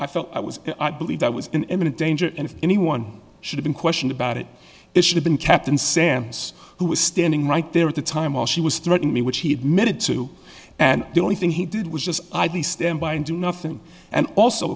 i felt i was i believed i was in imminent danger and if anyone should been questioned about it it should have been captain sam who was standing right there at the time while she was threatening me which he admitted to and the only thing he did was just idly stand by and do nothing and also